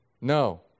No